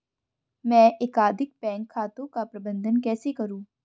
मैं एकाधिक बैंक खातों का प्रबंधन कैसे करूँ?